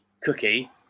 cookie